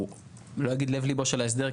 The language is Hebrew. אני לא אגיד לב ליבו של ההסדר,